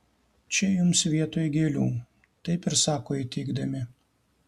čia jums vietoj gėlių taip ir sako įteikdami